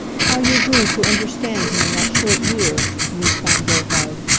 how you grew to understand him in that short year, mused von gerhard.